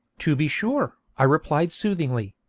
to be sure i replied soothingly,